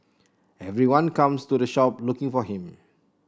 everyone comes to the shop looking for him